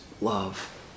love